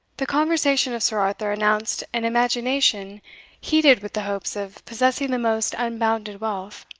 the conversation of sir arthur announced an imagination heated with the hopes of possessing the most unbounded wealth.